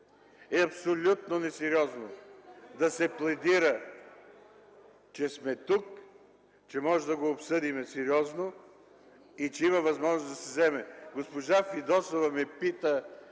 е абсолютно несериозно да се пледира, че сме тук, че можем да го обсъдим сериозно и че има възможност да се вземе. ИСКРА ФИДОСОВА (ГЕРБ,